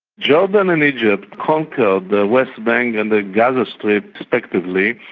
jordan and egypt conquered the west bank and the gaza strip respectively,